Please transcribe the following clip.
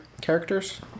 characters